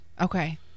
okay